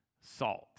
salt